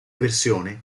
versione